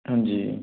ਹਾਂਜੀ